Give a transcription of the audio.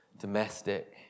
domestic